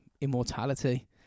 immortality